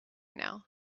now